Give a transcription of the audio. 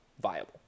viable